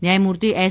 ન્યાયમૂર્તિ એસ